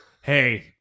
hey